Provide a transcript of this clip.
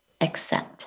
accept